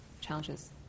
challenges